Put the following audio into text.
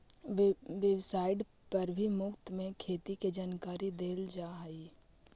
website पर भी मुफ्त में खेती के जानकारी देल जा हई